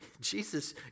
Jesus